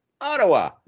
Ottawa